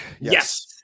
Yes